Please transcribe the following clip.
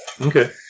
Okay